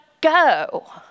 go